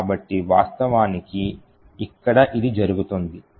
కాబట్టి వాస్తవానికి ఇక్కడ ఇది జరుగుతుది